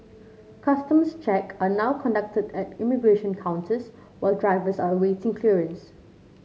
customs check are now conducted at immigration counters while drivers are awaiting clearance